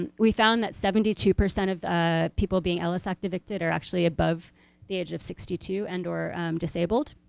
and we found that seventy two percent of ah people being ellis act evicted are actually above the age of sixty two and or disabled.